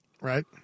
right